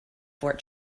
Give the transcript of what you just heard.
fort